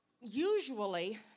Usually